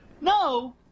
No